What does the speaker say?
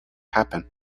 happen